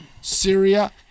Syria